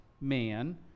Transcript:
man